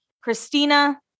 Christina